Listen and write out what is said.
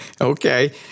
Okay